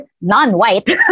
non-white